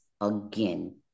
again